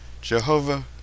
Jehovah